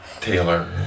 Taylor